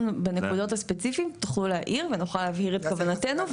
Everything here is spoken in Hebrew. בנקודות הספציפיות תוכלו להעיר ונוכל להבהיר את כוונתנו,